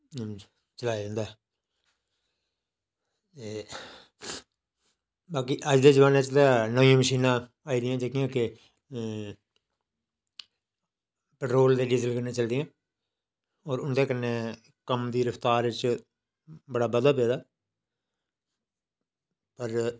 चलदा ते नेईं तां अज्ज दे जमानै च नमीं मशीनां आई दियां जेह्कियां ते पेट्रोल ते डीज़ल कन्नै चलदियां ते उं'दे कन्नै कम्म दी रफ्तार बड़ा बाद्धा पेदा अज्ज